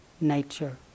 nature